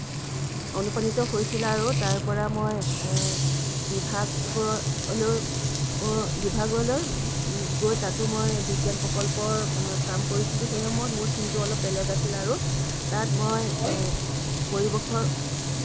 অনুপ্ৰাণিত হৈছিল আৰু তাৰ পৰা মই বিভাগলৈ বিভাগলৈ গৈ তাতো মই বিজ্ঞান প্ৰকল্পৰ কাম কৰিছিলোঁ সেই সময়ত মোৰ থিমটো অলপ বেলেগ আছিল আৰু তাত মই পৰিৱেশৰ